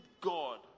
god